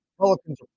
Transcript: Pelicans